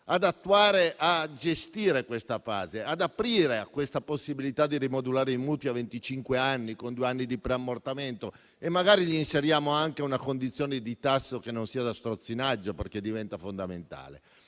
legislatura), a gestire questa fase e ad aprire a questa possibilità di rimodulare i mutui a venticinque anni, con due anni di preammortamento, magari inserendo anche una condizione di tasso che non sia da strozzinaggio, fatto che diventa fondamentale.